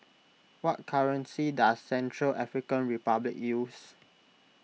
what currency does Central African Republic use